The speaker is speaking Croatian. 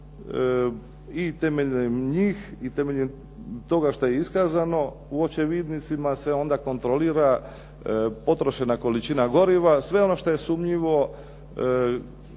i temeljem njih, i temeljem toga što je iskazano u očevidnicima se onda kontrolira potrošena količina goriva. Sve ono što je sumnjivo